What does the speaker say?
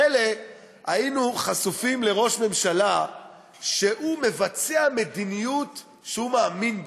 מילא היינו חשופים לראש ממשלה שמבצע מדיניות שהוא מאמין בה,